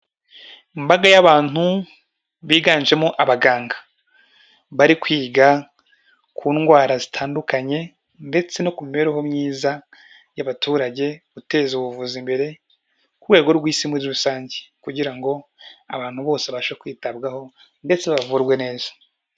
Imbaga y'abantu biganjemo abaganga bari kwiga ku ndwara zitandukanye ndetse no ku mibereho myiza y'abaturage, guteza ubuvuzi imbere ku rwego rw'isi muri rusange kugira ngo abantu bose babashe kwitabwaho ndetse bavurwe neza.